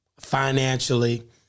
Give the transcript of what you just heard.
Financially